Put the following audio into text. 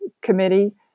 committee